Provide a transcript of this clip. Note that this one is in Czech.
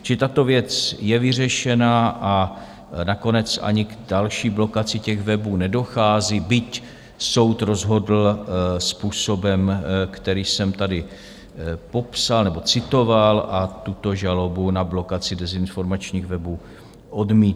Čili tato věc je vyřešena a nakonec ani k další blokaci těch webů nedochází, byť soud rozhodl způsobem, který jsem tady popsal nebo citoval, a tuto žalobu na blokaci dezinformačních webů odmítl.